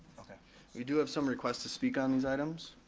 we do have some requests to speak on these items.